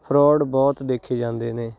fraud ਬਹੁਤ ਦੇਖੇ ਜਾਂਦੇ ਨੇ